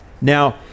Now